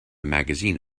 magazine